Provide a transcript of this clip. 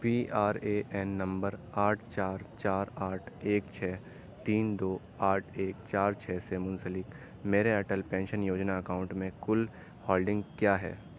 P R A N نمبر آٹھ چار چار آٹھ ایک چھ تین دو آٹھ ایک چار چھ سے منسلک میرے اٹل پینشن یوجنا اکاؤنٹ میں کل ہولڈنگ کیا ہے